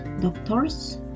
doctors